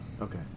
Okay